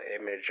image